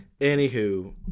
Anywho